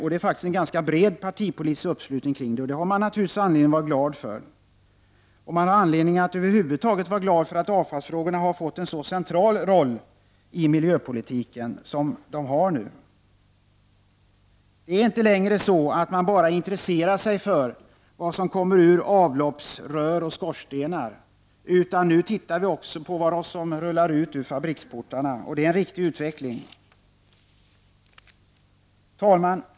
Det är en ganska bred partipolitisk uppslutning kring det, och det finns naturligtvis anledning att vara glad för det. Det finns över huvud taget anledning att vara glad för att avfallsfrågorna har fått en så central roll i miljöpolitiken som de har nu. Det är inte längre så att vi bara intresserar oss för vad som kommer ur avloppsrör och skorstenar, utan nu tittar vi också på vad som rullar ut genom fabriksportarna, och det är en riktig utveckling. Herr talman!